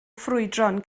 ffrwydron